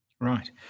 Right